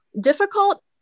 difficult